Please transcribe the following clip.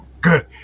Good